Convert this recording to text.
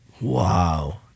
Wow